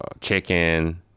chicken